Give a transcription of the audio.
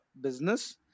business